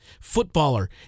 Footballer